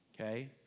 Okay